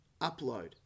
Upload